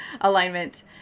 alignment